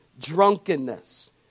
drunkenness